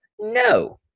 No